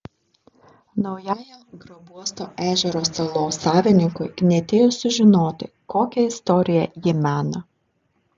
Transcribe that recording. naujajam grabuosto ežero salos savininkui knietėjo sužinoti kokią istoriją ji mena